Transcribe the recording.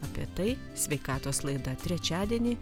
apie tai sveikatos laida trečiadienį